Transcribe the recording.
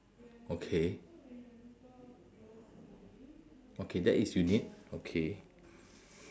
okay okay that is unique okay